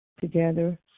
together